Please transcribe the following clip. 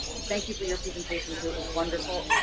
thank you for your presentation to. it was wonderful.